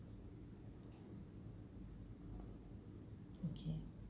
okay